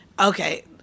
okay